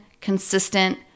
consistent